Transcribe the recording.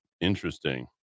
interesting